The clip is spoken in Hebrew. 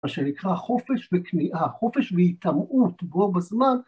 ‫מה שנקרא חופש וטמיעה, חופש והטמעות, בו בזמן...